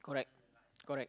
correct correct